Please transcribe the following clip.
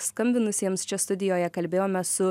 skambinusiems čia studijoje kalbėjomės su